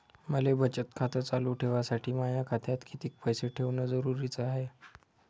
मले बचत खातं चालू ठेवासाठी माया खात्यात कितीक पैसे ठेवण जरुरीच हाय?